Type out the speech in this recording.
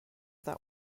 that